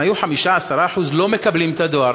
אם 5%, 10%, לא היו מקבלים את הדואר,